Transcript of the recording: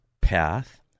path